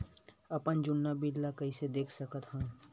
अपन जुन्ना बिल ला कइसे देख सकत हाव?